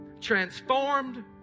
Transformed